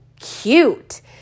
cute